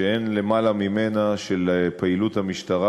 שאין למעלה ממנה של פעילות המשטרה